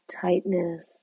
tightness